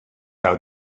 how